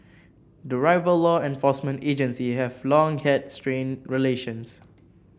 the rival law enforcement agency have long had strained relations